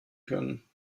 können